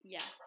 Yes